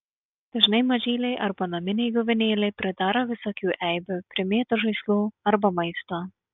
dažnai mažyliai arba naminiai gyvūnėliai pridaro visokių eibių primėto žaislų arba maisto